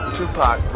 Tupac